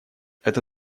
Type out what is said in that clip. это